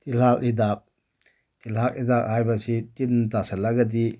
ꯇꯤꯜꯍꯥꯠ ꯍꯤꯗꯥꯛ ꯍꯥꯏꯕꯁꯤ ꯇꯤꯟ ꯇꯥꯁꯤꯜꯂꯒꯗꯤ